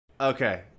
Okay